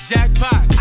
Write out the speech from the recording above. Jackpot